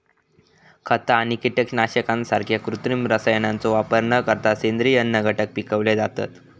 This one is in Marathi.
खता आणि कीटकनाशकांसारख्या कृत्रिम रसायनांचो वापर न करता सेंद्रिय अन्नघटक पिकवले जातत